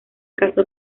casó